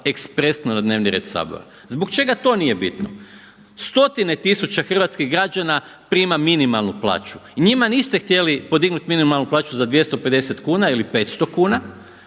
ekspresno na dnevni red Sabora? Zbog čega to nije bitno? Stotine tisuća hrvatskih građana prima minimalnu plaću i njima niste htjeli podignuti minimalnu plaću za 250 kuna ili 500 kuna